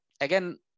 Again